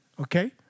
okay